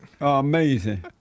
Amazing